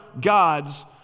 gods